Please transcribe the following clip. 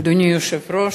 אדוני היושב-ראש,